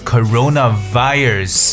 Coronavirus